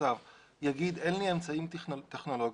בכתב יגיד: אין לי אמצעים טכנולוגיים,